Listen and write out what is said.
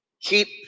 keep